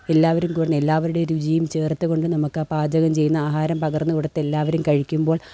എല്ലാവരും കുറഞ്ഞ് എല്ലാവരുടെയും രുചിയും ചേർത്ത് കൊണ്ട് നമുക്കാ പാചകം ചെയ്യുന്നാഹാരം പകർന്ന് കൊടുത്തെല്ലാവരും കഴിക്കുമ്പോൾ